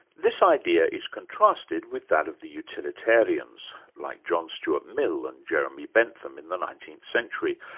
this idea is contrasted with that of the utilitarians, like john stuart mill and jeremy bentham in the nineteenth century,